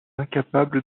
incapable